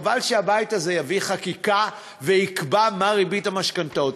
חבל שהבית הזה יביא חקיקה ויקבע מה ריבית המשכנתאות.